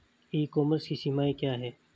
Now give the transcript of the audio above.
ई commerce की सीमाएं क्या हैं?